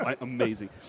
amazing